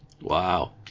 wow